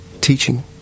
teaching